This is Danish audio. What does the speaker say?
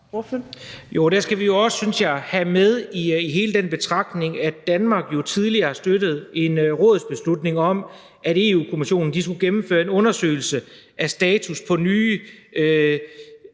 der skal vi også have med i hele den betragtning, synes jeg, at Danmark jo tidligere støttede en rådsbeslutning om, at Europa-Kommissionen skulle gennemføre en undersøgelse af status på nye